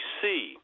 see